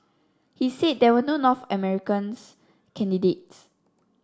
he said there were no North Americans candidates